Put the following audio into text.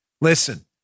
listen